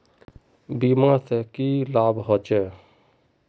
बीमा से की लाभ होचे?